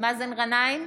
מאזן גנאים,